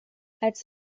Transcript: als